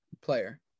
player